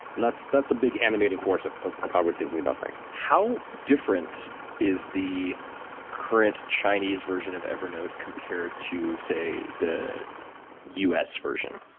and that's that's a big animating force of of how we're thinking about things. how different is the current chinese version of evernote compared to say the us version?